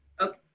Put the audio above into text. okay